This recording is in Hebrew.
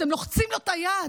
שאתם לוחצים לו את היד,